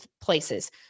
places